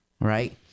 right